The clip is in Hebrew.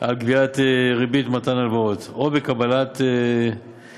על גביית ריבית בעת מתן הלוואות או בקבלת פיקדונות.